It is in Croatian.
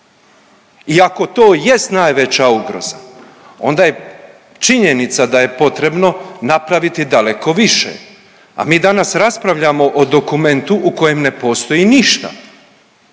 i ako to jest najveća ugroza, onda je činjenica da je potrebno napraviti daleko više, a mi danas raspravljamo o dokumentu u kojem ne postoji ništa.